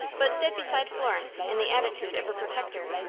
but stood beside florence in the attitude of a protector.